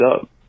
up